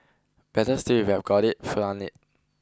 better still if you've got it flaunt it